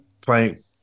playing